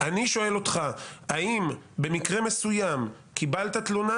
אני שואל אותך האם במקרה מסוים קיבלת תלונה